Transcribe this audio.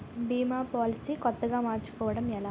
భీమా policy కొత్తగా మార్చుకోవడం ఎలా?